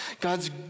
God's